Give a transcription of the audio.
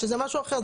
שזה משהו אחר,